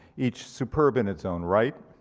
each superb in its own right,